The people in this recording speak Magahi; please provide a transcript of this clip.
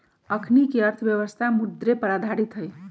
अखनीके अर्थव्यवस्था मुद्रे पर आधारित हइ